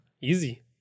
easy